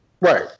Right